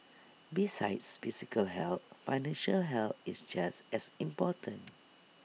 besides physical health financial health is just as important